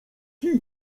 kij